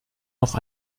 noch